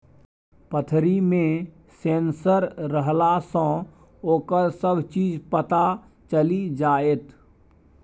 पतरी मे सेंसर रहलासँ ओकर सभ चीज पता चलि जाएत